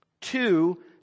Two